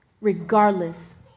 regardless